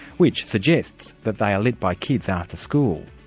which suggests that they are lit by kids after school.